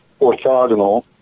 orthogonal